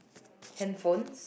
handphones